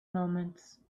moments